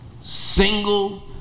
single